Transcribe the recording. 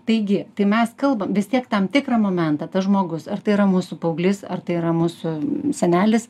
taigi tai mes kalbam vis tiek tam tikrą momentą tas žmogus ar tai yra mūsų paauglys ar tai yra mūsų senelis